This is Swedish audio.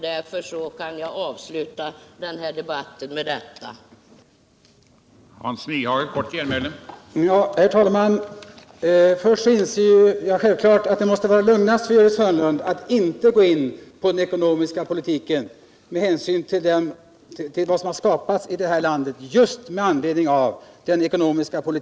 Därför kan jag avsluta debatten med det konstaterandet.